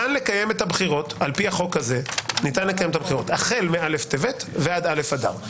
ניתן לקיים את הבחירות על פי החוק הזה החל מא' טבת ועד א' אדר.